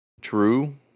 true